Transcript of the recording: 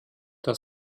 das